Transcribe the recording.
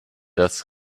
das